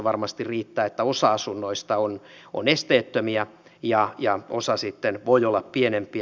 varmasti riittää että osa asunnoista on esteettömiä ja osa sitten voi olla pienempiä